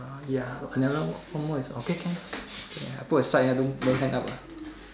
uh ya I never lah one more is okay can ya put aside ah don't don't hand up ah